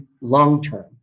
long-term